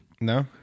no